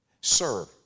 Sir